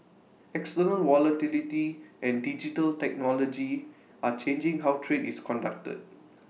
external volatility and digital technology are changing how trade is conducted